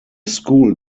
school